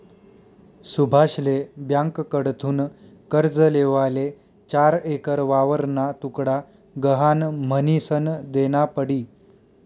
सुभाषले ब्यांककडथून कर्ज लेवाले चार एकर वावरना तुकडा गहाण म्हनीसन देना पडी